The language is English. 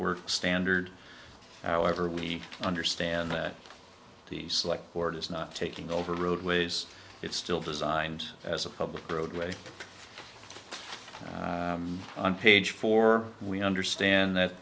work standard however we understand that the select board is not taking over roadways it's still designed as a public roadway on page four we understand that